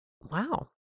Wow